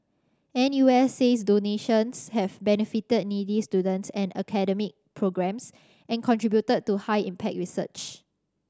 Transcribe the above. N U S says donations have benefited needy students and academic programmes and contributed to high impact research